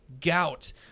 gout